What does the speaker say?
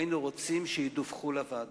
היינו רוצים שידווחו לוועדה.